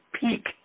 peak